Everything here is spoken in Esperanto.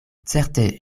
certe